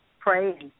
Pray